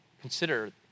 Consider